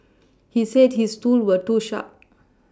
he said his tools were too sharp